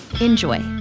Enjoy